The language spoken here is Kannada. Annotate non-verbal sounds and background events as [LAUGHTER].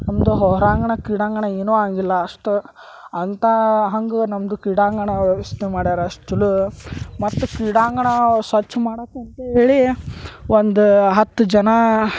ನಮ್ಮದು ಹೊರಾಂಗಣ ಕ್ರೀಡಾಂಗಣ ಏನು ಆಗಿಲ್ಲ ಅಷ್ಟು ಅಂತ ಹಂಗೆ ನಮ್ಮದು ಕ್ರೀಡಾಂಗಣ ವ್ಯವಸ್ಥೆ ಮಾಡ್ಯಾರ ಅಷ್ಟು [UNINTELLIGIBLE] ಮತ್ತು ಕ್ರೀಡಾಂಗಣ ಸ್ವಚ್ಛ ಮಾಡಕ್ಕೆ ಅಂತ್ಹೇಳಿ ಒಂದು ಹತ್ತು ಜನ